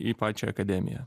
į pačią akademiją